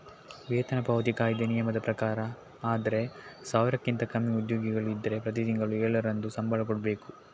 ವೇತನ ಪಾವತಿ ಕಾಯಿದೆ ನಿಯಮದ ಪ್ರಕಾರ ಆದ್ರೆ ಸಾವಿರಕ್ಕಿಂತ ಕಮ್ಮಿ ಉದ್ಯೋಗಿಗಳು ಇದ್ರೆ ಪ್ರತಿ ತಿಂಗಳು ಏಳರಂದು ಸಂಬಳ ಕೊಡ್ಬೇಕು